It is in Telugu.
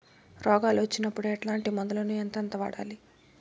రోగాలు వచ్చినప్పుడు ఎట్లాంటి మందులను ఎంతెంత వాడాలి?